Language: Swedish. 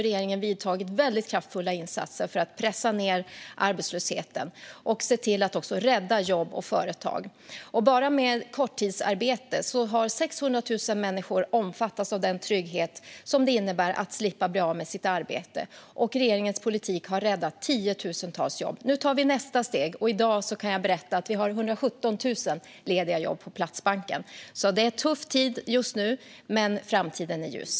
Regeringen har gjort väldigt kraftfulla insatser för att pressa ned arbetslösheten och se till att rädda jobb och företag. Bara i och med åtgärden gällande korttidsarbete har 600 000 personer omfattats av den trygghet som det innebär att slippa bli av med sitt arbete. Regeringens politik har räddat tiotusentals jobb. Nu tar vi nästa steg. I dag kan jag berätta att vi har 117 000 lediga jobb på Platsbanken. Det är en tuff tid just nu, men framtiden är ljus.